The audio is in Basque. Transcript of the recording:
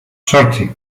zortzi